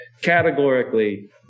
categorically